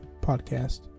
Podcast